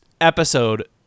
episode